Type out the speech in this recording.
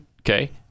okay